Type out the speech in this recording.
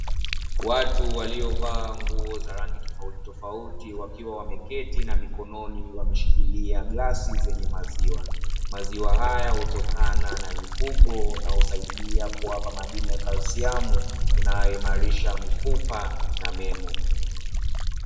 Watu waliovaa nguo za rangi tofauti tofauti, wakiwa awameketi na mikono wakishikilia glasi zenye maziwa. Maziwa haya utokana na mifugo na husaidia kuwapa madini ya 'calcium' inayoimarisha mifupa na meno.